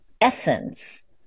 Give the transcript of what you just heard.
essence